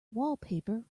wallpaper